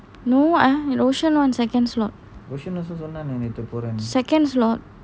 no ah in ocean on second slot second slot